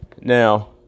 Now